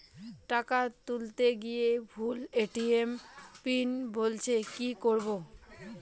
টাকা তুলতে গিয়ে ভুল এ.টি.এম পিন বলছে কি করবো?